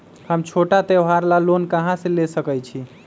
हम छोटा त्योहार ला लोन कहां से ले सकई छी?